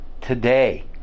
today